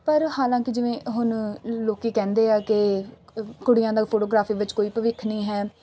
ਪਰ ਹਾਲਾਂਕਿ ਜਿਵੇਂ ਹੁਣ ਲੋਕ ਕਹਿੰਦੇ ਆ ਕਿ ਕੁੜੀਆਂ ਦਾ ਫੋਟੋਗ੍ਰਾਫੀ ਵਿੱਚ ਕੋਈ ਭਵਿੱਖ ਨਹੀਂ ਹੈ